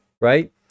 right